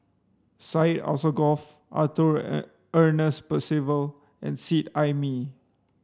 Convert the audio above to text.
Syed Alsagoff Arthur Ernest Percival and Seet Ai Mee